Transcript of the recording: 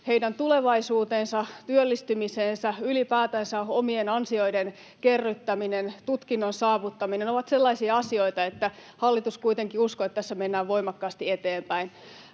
heidän tulevaisuutensa, työllistymisensä, ylipäätänsä omien ansioiden kerryttäminen, tutkinnon saavuttaminen ovat sellaisia asioita, että hallitus kuitenkin uskoo, että tässä mennään voimakkaasti eteenpäin.